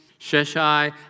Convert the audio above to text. Sheshai